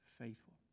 faithful